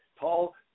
Paul